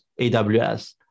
AWS